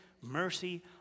mercy